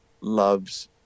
loves